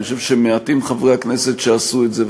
אני חושב שמעטים חברי הכנסת שעשו את זה,